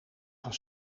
gaan